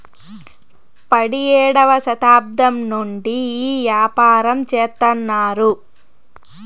పడియేడవ శతాబ్దం నుండి ఈ యాపారం చెత్తన్నారు